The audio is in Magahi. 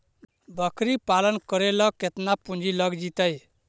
बकरी पालन करे ल केतना पुंजी लग जितै?